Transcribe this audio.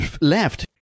left